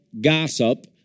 gossip